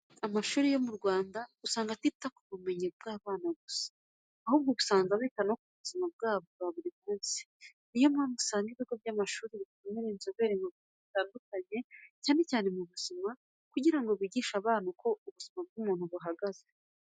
Amashuri yo mu Rwanda usanga atita gusa k'ubumenyi bw'abana gusa, ahubwo usanga bita no ku buzima bwabo bwa buri munsi, ni yo mpamvu usanga ibigo by'amashuri bitumira inzobere mu bintu bitandukanye cyane mu buzima, kugira ngo bigishe abana uko ubuzima bw'umuntu buhagaze.